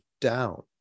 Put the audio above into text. down